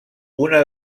una